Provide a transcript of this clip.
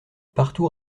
partout